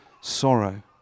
sorrow